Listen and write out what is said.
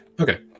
Okay